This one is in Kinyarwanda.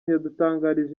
yadutangarije